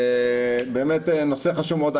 באמת נושא חשוב מאוד.